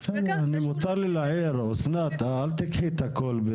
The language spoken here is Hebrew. בסדר, מותר לי להעיר אסנת, אל תיקחי את הכל.